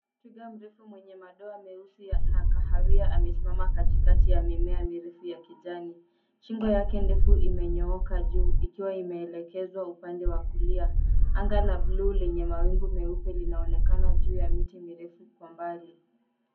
Twiga mrefu mwenye madoa meusi na kahawia amesimama katikati ya mimea mirefu ya kijani. Shingo yake ndefu imenyooka juu ikiwa imeelekezwa upande wa kulia. Anga la buluu lenye mawingu meupe linaonekana juu ya miti mirefu kwa mbali.